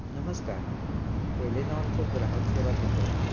नमस्कार टेलेनॉरचं ग्राहक सेवा केंद्र का